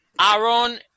Aaron